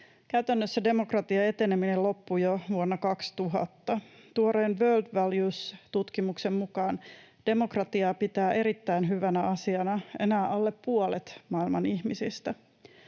Käytännössä demokratian eteneminen loppui jo vuonna 2000. Tuoreen World Values -tutkimuksen mukaan demokratiaa pitää erittäin hyvänä asiana enää alle puolet maailman ihmisistä.